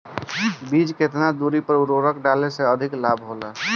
बीज के केतना दूरी पर उर्वरक डाले से अधिक लाभ होला?